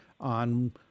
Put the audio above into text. on